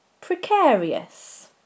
precarious